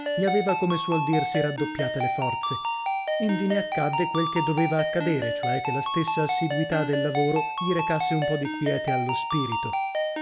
gli aveva come suol dirsi raddoppiate le forze indi ne accadde quel che doveva accadere cioè che la stessa assiduità del lavoro gli recasse un po di quiete allo spirito